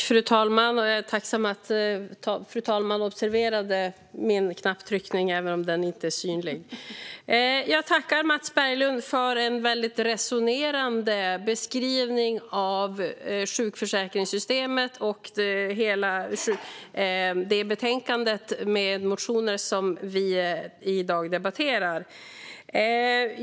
Fru talman! Jag tackar Mats Berglund för en väldigt resonerande beskrivning av sjukförsäkringssystemet och hela det betänkande med motioner som vi i dag debatterar.